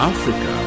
Africa